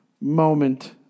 moment